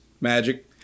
magic